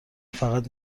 فقط